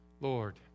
Lord